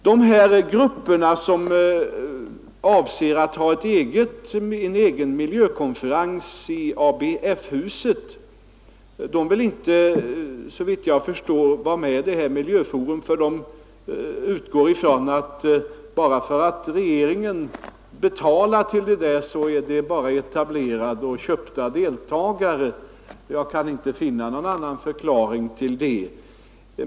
De grupper som avser att ha en egen miljökonferens i ABF-huset vill inte, såvitt jag förstår, vara med i Miljöforum. Eftersom regeringen betalar till denna konferens, utgår de ifrån att det här bara är etablerade och köpta deltagare. Jag kan inte finna någon annan förklaring härtill.